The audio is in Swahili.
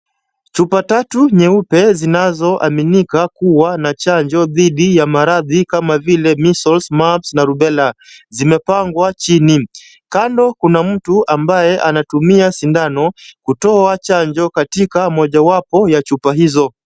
Chupa tatu, nyeupe zinazoaminika kuwa na chanjo dhidi ya maradhi kama vile measles, mumps, na rubella . Zimepangwa chini. Kando kuna mtu ambaye anatumia sindano kutoa chanjo katika mojawapo ya chupa hizo.